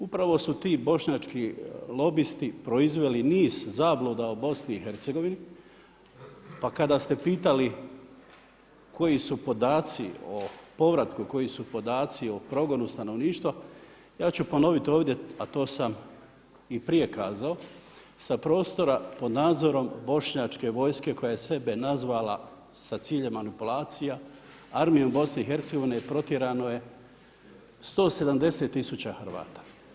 Upravo su ti bošnjački lobisti proizveli niz zabluda o BiH, pa kada ste pitali koju su podaci o povratku, koji su podaci o progonu stanovništva, ja ću ponoviti ovdje, a to sam i prije kazao, sa prostora pod nadzorom bošnjačke vojske koja je sebe nazvala sa ciljem manipulacija armiju BiH protjerano je 170 tisuća Hrvata.